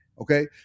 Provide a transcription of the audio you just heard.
okay